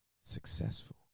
successful